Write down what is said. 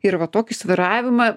ir va tokį svyravimą